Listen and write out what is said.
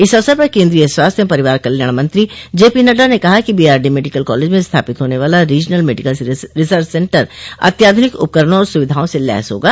इस अवसर पर केन्द्रीय स्वास्थ्य एवं परिवार कल्याण मंत्री जेपी नड्डा ने कहा कि बीआरडी मेडिकल कालेज में स्थापित होने वाला रीजनल मेडिकल रिसर्च सेन्टर अत्याधुनिक उपकरणों और सुविधाओं से लेस होगा